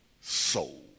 soul